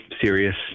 serious